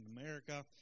America